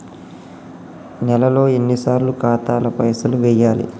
నెలలో ఎన్నిసార్లు ఖాతాల పైసలు వెయ్యాలి?